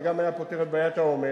זה גם היה פותר את בעיית העומס